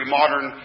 modern